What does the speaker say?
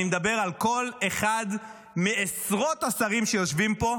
אני מדבר על כל אחד מעשרות השרים שיושבים פה,